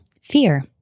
fear